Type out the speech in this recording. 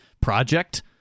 project